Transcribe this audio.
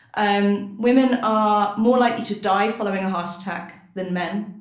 um women are more likely to die following a heart attack than men,